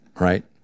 right